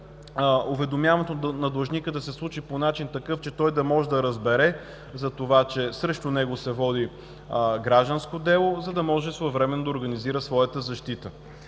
уведомяването на длъжника да се случи по такъв начин, че той да може да разбере, че срещу него се води гражданско дело, за да може своевременно да организира своята защита.